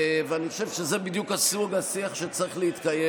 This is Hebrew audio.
ואני חושב שזה בדיוק סוג השיח שצריך להתקיים.